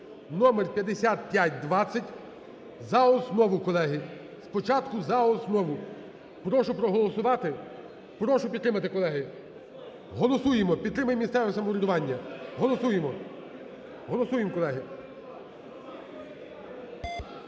(номер 5520) за основу, колеги, спочатку за основу. Прошу проголосувати, прошу підтримати, колеги. Голосуємо, підтримаємо місцеве самоврядування, голосуємо. Голосуємо, колеги.